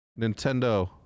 Nintendo